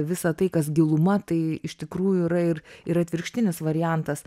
visa tai kas giluma tai iš tikrųjų yra ir ir atvirkštinis variantas